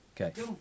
Okay